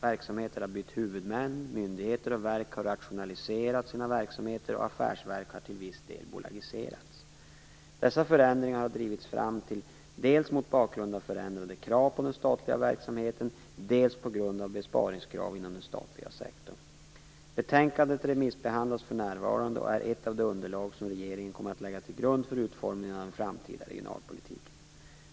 Verksamheter har bytt huvudmän, myndigheter och verk har rationaliserat sina verksamheter och affärsverk har till viss del bolagiserats. Dessa förändringar har drivits fram dels mot bakgrund av förändrade krav på den statliga verksamheten, dels på grund av besparingskrav inom den statliga sektorn. Betänkandet remissbehandlas för närvarande och är ett av de underlag som regeringen kommer att lägga till grund för utformningen av den framtida regionalpolitiken.